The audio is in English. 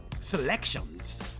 selections